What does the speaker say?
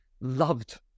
loved